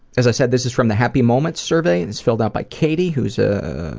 as i said, this is from the happy moments survey. it's filled out by katie who is, ah,